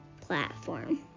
platform